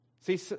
See